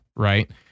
right